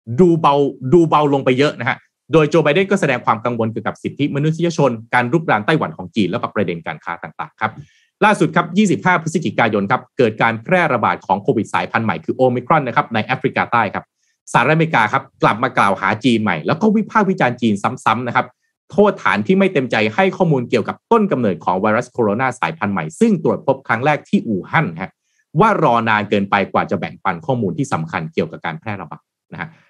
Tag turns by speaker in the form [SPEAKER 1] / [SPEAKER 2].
[SPEAKER 1] ดูเบา- ดูเบาลงไปเยอะนะฮะ โดยโจไบเดนก็แสดงความกังวลเกี่ยวกับสิทธิมนุษยชน การรุกรานไต้หวันของจีน แล้วก็ประเด็นการค้าต่างๆครับ ล่าสุดครับ 25 พฤศจิกายนครับ เกิดการแพร่ระบาดของโควิดสายพันธุ์ใหม่คือโอมิครอนนะครับ ในแอฟริกาใต้ครับ สหรัฐอเมริกาครับกลับมากล่าวหาจีนใหม่ แล้วก็วิพากษ์วิจารณ์จีนซ้ำๆนะครับ โทษฐานที่ไม่เต็มใจให้ข้อมูลเกี่ยวกับต้นกำเนิดของไวรัสโคโรนาสายพันธุ์ใหม่ ซึ่งตรวจพบครั้งแรกที่อู่ฮั่นนะครับ ว่ารอนานเกินไปกว่าจะแบ่งปันข้อมูลที่สำคัญเกี่ยวกับการแพร่ระบาดนะฮะ